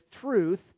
truth